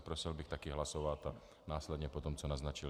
Prosil bych také hlasovat a následně potom, co naznačil.